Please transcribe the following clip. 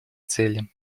цели